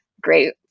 great